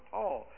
Paul